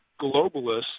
globalists